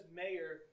mayor